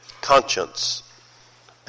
conscience